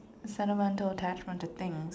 sentimental attachments to things